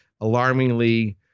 alarmingly